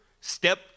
Step